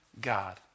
God